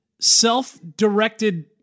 self-directed